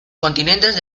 continentes